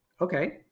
okay